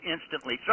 instantly